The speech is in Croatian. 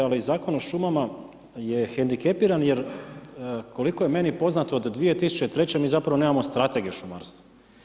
Ali zakon o šumama je hendikepiran jer koliko je meni poznato od 2003. mi zapravo nemamo Strategije šumarstva.